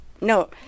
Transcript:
No